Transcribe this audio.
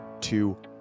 two